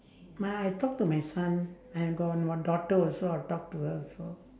my I talk to my son I have got my daughter also I'll talk to her also